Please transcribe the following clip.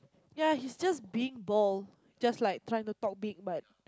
ya he's just being bold just like trying to talk big but